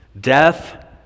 Death